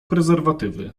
prezerwatywy